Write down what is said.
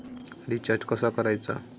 Recharge कसा करायचा?